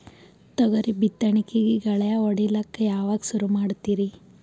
ತೊಗರಿ ಬಿತ್ತಣಿಕಿಗಿ ಗಳ್ಯಾ ಹೋಡಿಲಕ್ಕ ಯಾವಾಗ ಸುರು ಮಾಡತೀರಿ?